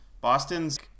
Boston's